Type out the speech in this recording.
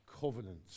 covenant